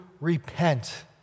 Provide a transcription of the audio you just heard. repent